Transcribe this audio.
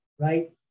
right